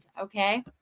Okay